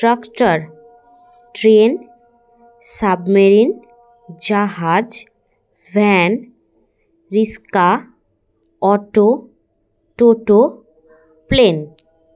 tractor train submarine জাহাজ van রিস্কা auto টোটো প্লেন